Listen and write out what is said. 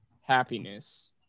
happiness